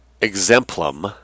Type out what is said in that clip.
exemplum